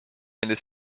andis